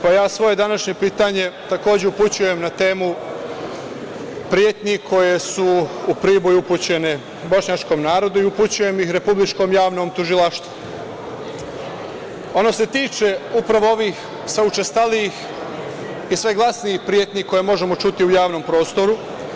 Današnje svoje pitanje takođe upućujem na temu pretnji koje su u Priboju upućene bošnjačkom narodu i upućujem ih republičkom javnom tužilaštvu, ono se tiče upravo onih sve učestalijih i sve glasnijih pretnji koje možemo čuti u javnom prostoru.